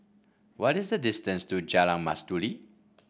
what is the distance to Jalan Mastuli